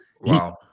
wow